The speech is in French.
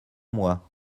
moi